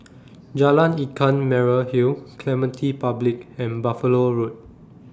Jalan Ikan Merah Hill Clementi Public and Buffalo Road